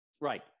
Right